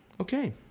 Okay